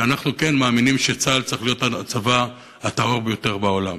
כי אנחנו כן מאמינים שצה"ל צריך להיות הצבא הטהור ביותר בעולם.